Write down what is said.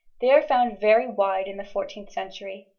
they are found very wide in the fourteenth century,